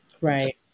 Right